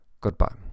goodbye